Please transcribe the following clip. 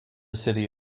city